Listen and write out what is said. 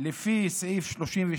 על ידי משרד התקשורת, סניף הדואר.